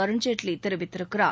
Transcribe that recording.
அருண்ஜேட்லி தெரிவித்திருக்கிறார்